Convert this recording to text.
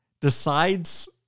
decides